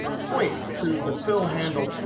point to the fill handle.